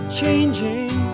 changing